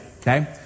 okay